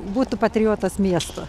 būtų patriotas miesto